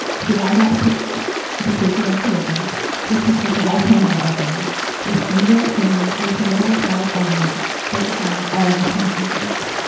he lines up the case the case against religion which he spent a lifetime developing with anger, humor and a formidable style of argument that defines all of mr. hitchens's work.